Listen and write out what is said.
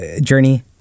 journey